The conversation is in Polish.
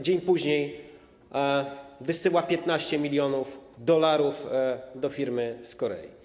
Dzień później wysyła 15 mln dolarów do firmy w Korei.